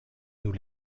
nous